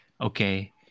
okay